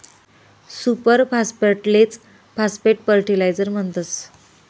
super फास्फेटलेच phosphate fertiliser म्हणतस